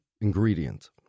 ingredient